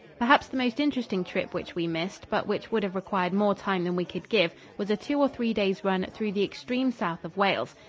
perhaps the most interesting trip which we missed, but which would have required more time than we could give, was a two or three days' run through the extreme south of wales.